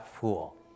fool